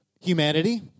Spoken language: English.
Humanity